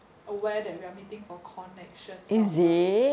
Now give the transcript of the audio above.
aware that we are meeting for connections that kind of stuff